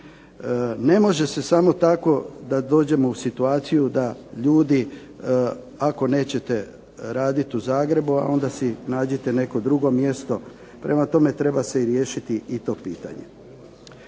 Ne može se samo tako da dođemo u situaciju da ljudi, ako nećete raditi u Zagrebu, onda si nađite neko drugo mjesto, prema tome, treba se riješiti i to pitanje.